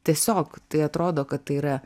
tiesiog tai atrodo kad tai yra